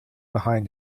behind